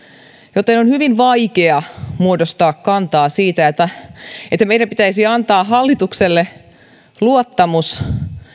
joten on hyvin vaikea muodostaa kanta siitä että meidän pitäisi antaa hallitukselle luottamus